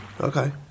Okay